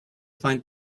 find